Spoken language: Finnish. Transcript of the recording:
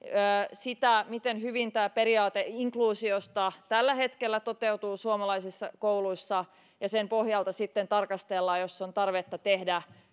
sitä miten hyvin tämä periaate inkluusiosta tällä hetkellä toteutuu suomalaisissa kouluissa sen pohjalta sitten tarkastellaan jos on tarvetta tehdä